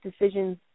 decisions